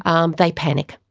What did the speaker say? um they panic.